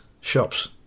shops